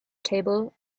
table